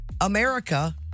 America